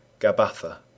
Gabatha